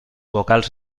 vocals